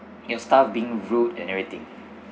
your staff being rude and everything